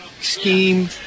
scheme